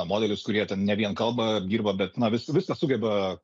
modelius kurie ten ne vien kalbą apdirba bet na viską sugeba